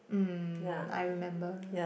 mm I remember